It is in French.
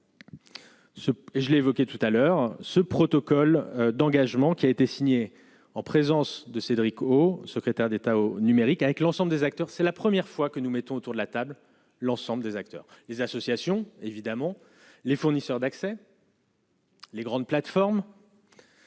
je l'ai évoqué tout à l'heure, ce protocole d'engagement qui a été signé en présence de Cédric O, secrétaire d'État au numérique avec l'ensemble des acteurs, c'est la première fois que nous mettons autour de la table l'ensemble des acteurs, des associations, évidemment, les fournisseurs d'accès. Les grandes plateformes.